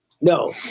No